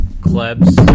Klebs